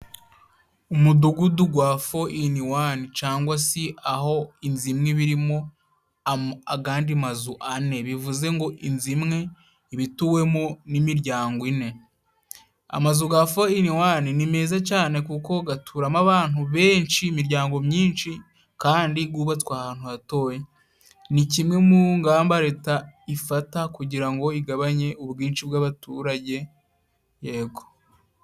Umudugudu gwa fo ini wane cyangwa si aho inzu imwe irimo agandi mazu ane. Bivuze ngo inzu imwe ibituwemo n'imiryango ine. Amazu ga fo ini wane ni meza cyane, kuko gaturamo abantu benshi, imiryango myinshi, kandi gubatswe ahantu hatoya. Ni kimwe mu ngamba leta ifata kugira ngo igabanye ubwinshi bw'abaturage, yego.